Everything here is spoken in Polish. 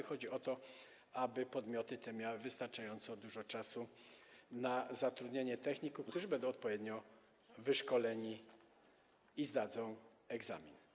Chodzi o to, aby podmioty te miały wystarczająco dużo czasu na zatrudnienie techników, którzy będą odpowiednio wyszkoleni i zdadzą egzamin.